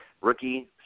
rookie